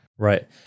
Right